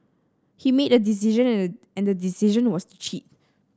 he made a decision and the decision was to cheat